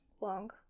long